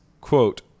quote